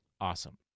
awesome